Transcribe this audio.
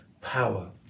power